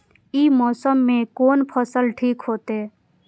ई मौसम में कोन फसल ठीक होते?